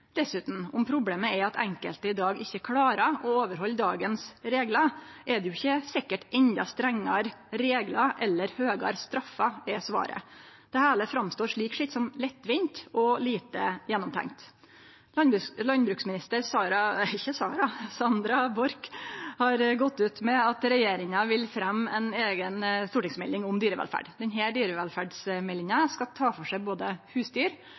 Dessutan: Om problemet er at enkelte i dag ikkje klarer å overhalde dagens reglar, er det ikkje sikkert at endå strengare reglar eller høgare straffer er svaret. Det heile framstår slik sett som lettvint og lite gjennomtenkt. Landbruksminister Sandra Borch har gått ut med at regjeringa vil fremje ei eiga stortingsmelding om dyrevelferd. Denne dyrevelferdsmeldinga skal ta for seg både husdyr